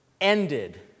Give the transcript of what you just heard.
ended